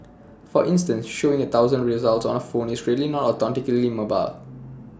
for instance showing A thousand results on A phone is really not authentically mobile